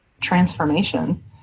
transformation